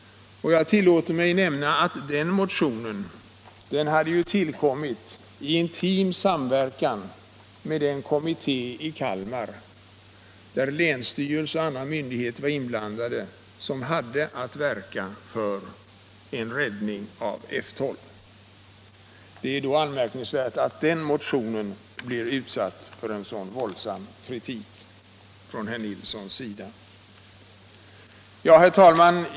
Jag tillåter mig f. ö. nämna att den motionen tillkom i intim samverkan med den kommitté i Kalmar, där länsstyrelsen och andra myndigheter var med och verkade för en räddning av F 12. Det är då anmärkningsvärt att den motionen nu blir utsatt för en så våldsam kritik från herr Nilssons sida. Herr talman!